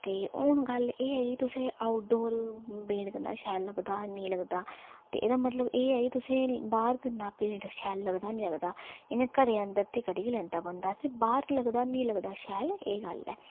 ते हू'न गल्ल एह् ऐ कि तुसें आऊटडोर पेंट करना शैल लगदा नेईं लगदा ते एह्दा मतलब एह् के तुसें बाह्र करना पेंट शैल लगदा लगदा इं'या घरै दे अंदर ते करी गै लैंदा बंदा ते बाह्र लगदा निं लगदा शैल एह् गल्ल ऐ